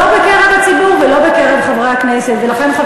לא בקרב הציבור ולא בקרב חברי הכנסת,